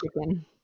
chicken